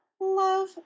love